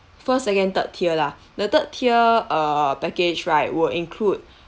first second third tier lah the third tier err package right would include